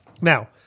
Now